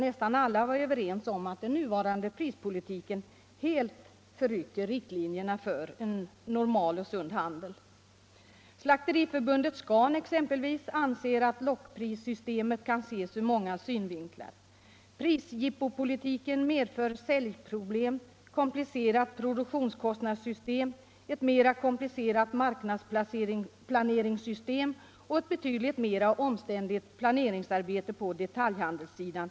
Nästan alla var överens om att den nuvarande prispolitiken helt förrycker riktlinjerna för normal och sund handel. Slakteriförbundet, med varumärket Scan, anser exempelvis att lockprissystemet kan bedömas ur många synvinklar. Prisjippopolitiken medför säljproblem, ett komplicerat produktionskostnadssystem, ett mera komplicerat marknadsplaneringssystem och ett betydligt mer omständligt planeringsarbete på detaljhandelssidan.